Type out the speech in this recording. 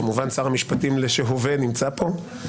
כמובן שר המשפטים בהווה נמצא פה,